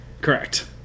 Correct